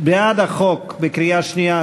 בעד החוק בקריאה שנייה,